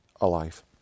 alive